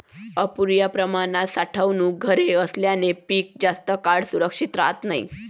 अपुर्या प्रमाणात साठवणूक घरे असल्याने पीक जास्त काळ सुरक्षित राहत नाही